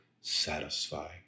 satisfy